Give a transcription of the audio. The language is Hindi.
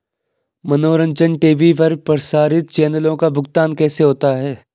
मनोरंजन टी.वी पर प्रसारित चैनलों का भुगतान कैसे होता है?